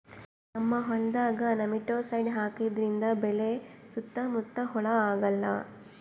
ನಮ್ಮ್ ಹೊಲ್ದಾಗ್ ನೆಮಟಿಸೈಡ್ ಹಾಕದ್ರಿಂದ್ ಬೆಳಿ ಸುತ್ತಾ ಮುತ್ತಾ ಹುಳಾ ಆಗಲ್ಲ